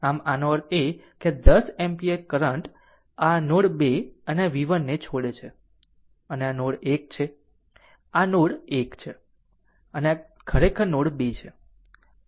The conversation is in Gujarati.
આમ આનો અર્થ એ કે આ 10 એમ્પીયર કરંટ આ નોડ 2 અને આ v1 ને છોડે છે અને આ નોડ 1 છે આ ખરેખર નોડ 1 છે આ ખરેખર નોડ 2 છે